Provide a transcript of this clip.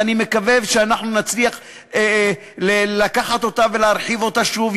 ואני מקווה שאנחנו נצליח לקחת אותה ולהרחיב אותה שוב.